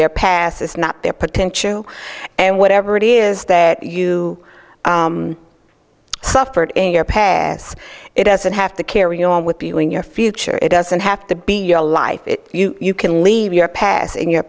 their past is not their potential and whatever it is that you suffered in your pass it doesn't have to carry on with you in your future it doesn't have to be your life you can leave your pass in your